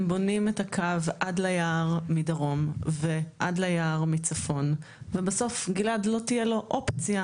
הם בונים את הקו עד ליער מדרום ומצפון ובסוף לגלעד לא תהיה אופציה,